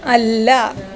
അല്ല